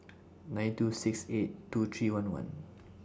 nine two six eight two three one one